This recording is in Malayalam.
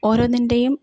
ഓരോന്നിൻ്റെയും